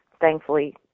thankfully